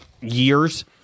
years